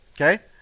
Okay